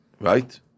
right